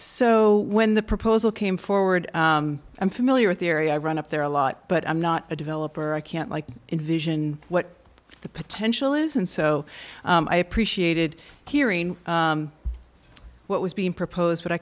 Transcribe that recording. so when the proposal came forward i'm familiar with the area i run up there a lot but i'm not a developer i can't like envision what the potential is and so i appreciated hearing what was being proposed but i